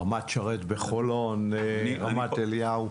רמת שרת בחולון, רמת אליהו.